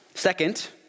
Second